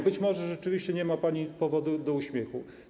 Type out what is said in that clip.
Być może rzeczywiście nie ma pani powodów do uśmiechu.